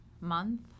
Month